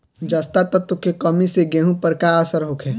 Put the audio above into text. जस्ता तत्व के कमी से गेंहू पर का असर होखे?